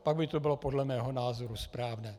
Pak by to bylo podle mého názoru správné.